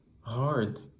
hard